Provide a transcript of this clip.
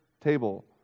table